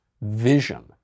vision